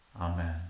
Amen